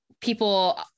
people